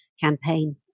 campaign